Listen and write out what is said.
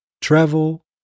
travel